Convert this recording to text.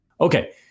Okay